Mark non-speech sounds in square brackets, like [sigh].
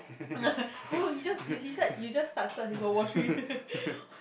[laughs] no he just it's you just started his world war three [laughs]